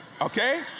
okay